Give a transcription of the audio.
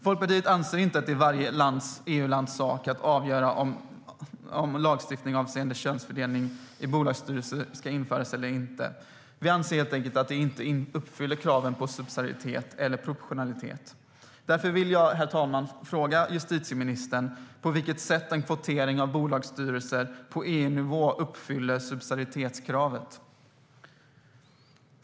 Folkpartiet anser inte att det är EU:s sak att avgöra om lagstiftning avseende könsfördelning i bolagsstyrelser ska införas eller inte. Vi anser helt enkelt att det inte uppfyller kraven på subsidiaritet eller proportionalitet. Därför vill jag, herr talman, fråga justitieministern på vilket sätt en kvotering av bolagsstyrelser på EU-nivå uppfyller subsidiaritetskravet.